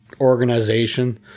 organization